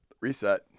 Reset